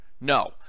No